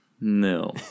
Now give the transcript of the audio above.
No